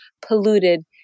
polluted